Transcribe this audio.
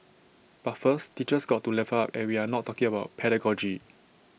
but first teachers got to level up and we are not talking about pedagogy